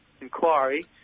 inquiry